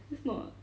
is not